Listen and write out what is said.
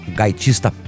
gaitista